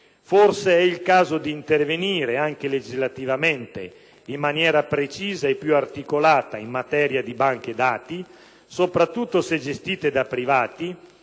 forse è il caso di intervenire, anche legislativamente, in maniera precisa e più articolata in materia di banche dati, soprattutto se gestite da privati,